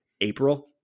April